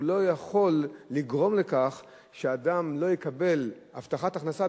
והוא לא יכול לגרום לכך שאדם לא יקבל הבטחת הכנסה,